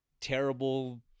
terrible